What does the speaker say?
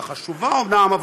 החשובה אומנם,